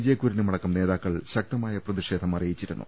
J കുര്യനുമടക്കം നേതാക്കൾ ശക്തമായ പ്രതിഷേധം അറിയിച്ചിരുന്നു